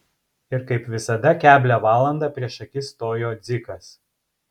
ir kaip visada keblią valandą prieš akis stojo dzikas